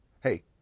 Hey